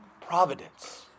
providence